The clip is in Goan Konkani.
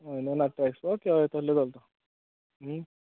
हय न्हय ना तेस ओके हय तोल्ह्यो चलता